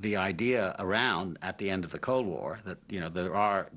the idea around at the end of the cold war that you know there are